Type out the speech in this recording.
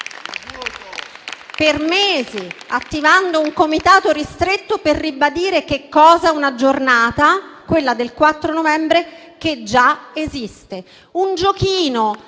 attivando un comitato ristretto per ribadire che cosa? Una giornata, quella del 4 novembre, che già esiste: un giochino